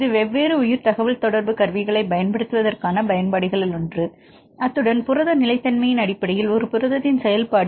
இது வெவ்வேறு உயிர் தகவல்தொடர்பு கருவிகளைப் பயன்படுத்துவதற்கான பயன்பாடுகளில் ஒன்று அத்துடன் புரத நிலைத்தன்மையின் அடிப்படையில் ஒரு புரதத்தின் செயல்பாடு